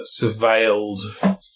surveilled